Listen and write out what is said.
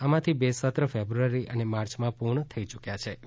આમાંથી બે સત્ર ફેબ્રુઆરી અને માર્ચમાં પૂર્ણ થઈ યૂક્યા હિં